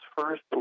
first